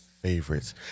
Favorites